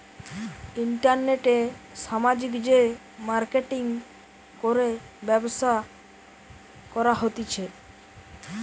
ইন্টারনেটে সামাজিক যে মার্কেটিঙ করে ব্যবসা করা হতিছে